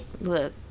Look